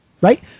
right